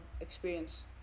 experience